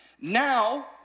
Now